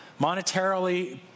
monetarily